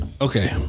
okay